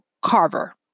Carver